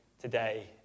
today